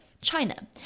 China